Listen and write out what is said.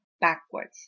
backwards